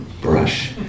brush